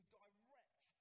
direct